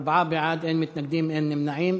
ארבעה בעד, אין מתנגדים, אין נמנעים.